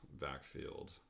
backfield